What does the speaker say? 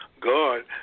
God